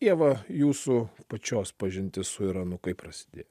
ieva jūsų pačios pažintis su iranu kaip prasidėjo